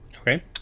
Okay